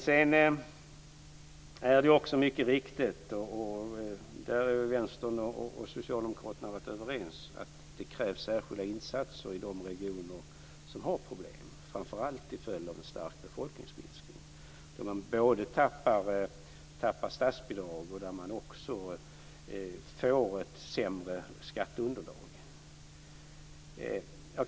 Sedan är det också mycket viktigt - och där har Vänstern och Socialdemokraterna varit överens - att genomföra de särskilda insatser som krävs i de regioner som har problem, framför allt till följd av en stark befolkningsminskning som innebär att de tappar statsbidrag och får ett sämre skatteunderlag.